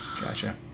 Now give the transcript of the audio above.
gotcha